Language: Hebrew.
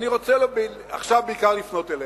אני רוצה עכשיו בעיקר לפנות אליך.